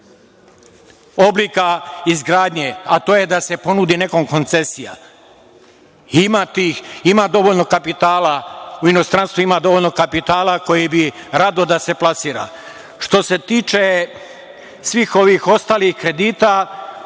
oblika izgradnje, a to je da se ponudi nekom koncesija. Ima dovoljno kapitala, u inostranstvu ima dovoljno kapitala koji bi rado da se plasira. Što se tiče svih ovih ostalih kredita,